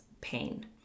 pain